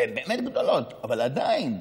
והן באמת גדולות, אבל עדיין,